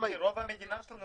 אבל רוב המדינה שלנו